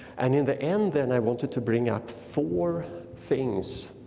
and in the end, then i wanted to bring up four things,